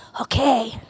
Okay